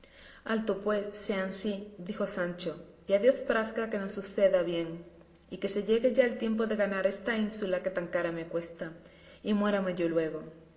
alto pues sea ansí dijo sancho y a dios prazga que nos suceda bien y que se llegue ya el tiempo de ganar esta ínsula que tan cara me cuesta y muérame yo luego